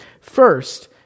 First